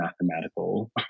mathematical